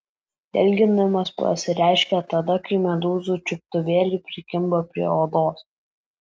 dilginimas pasireiškia tada kai medūzų čiuptuvėliai prikimba prie odos